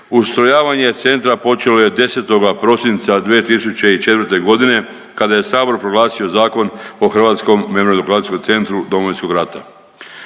ustrojavanje centra počelo je 10. prosinca 2004. godine kada je sabor proglasio Zakon o Hrvatskom memorijalno dokumentacijskom centru Domovinskog rata.